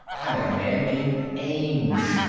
i met a man named ames.